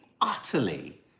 utterly